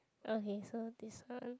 okay so this one